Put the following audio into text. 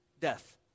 death